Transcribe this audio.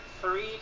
three